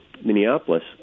Minneapolis